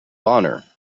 honor